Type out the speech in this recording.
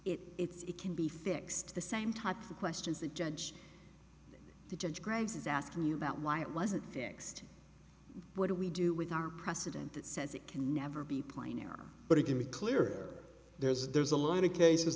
because it can be fixed the same types of questions that judge the judge graves is asking you about why it wasn't fixed what do we do with our precedent that says it can never be plainer but it can be clear there's there's a lot of cases